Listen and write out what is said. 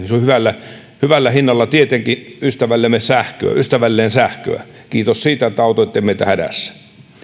hyvällä hyvällä hinnalla tietenkin ystävälleen sähköä ystävälleen sähköä kiitos siitä että autoitte meitä hädässä